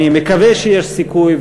אני מקווה שיש סיכוי,